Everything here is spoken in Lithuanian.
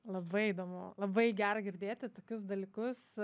labai įdomu labai gera girdėti tokius dalykus